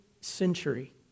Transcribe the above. century